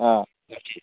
अ